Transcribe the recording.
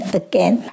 again